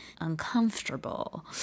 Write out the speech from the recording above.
uncomfortable